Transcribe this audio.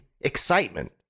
excitement